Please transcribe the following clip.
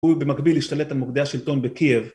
הוא במקביל השתלט על מוקדי השלטון בקייב